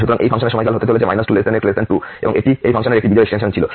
সুতরাং এই ফাংশনের সময়কাল হতে চলেছে 2 x 2 এবং এটি এই ফাংশনের একটি বিজোড় এক্সটেনশন ছিল